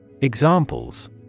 Examples